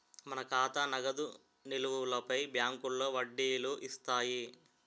మన ఖాతా నగదు నిలువులపై బ్యాంకులో వడ్డీలు ఇస్తాయి